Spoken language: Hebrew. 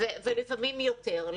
ולפעמים יותר.